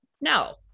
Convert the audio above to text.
No